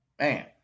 Man